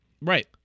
Right